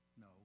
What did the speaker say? No